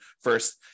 first